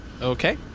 Okay